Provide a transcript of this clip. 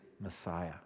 Messiah